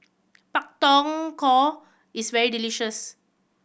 Pak Thong Ko is very delicious